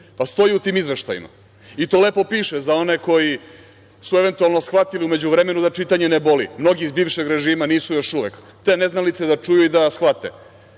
stoji u tim izveštajima i to lepo piše, za one koji su eventualno shvatili u međuvremenu da čitanje ne boli, mnogi iz bivšeg režima nisu još uvek, te neznalice da čuju i da shvate. Primera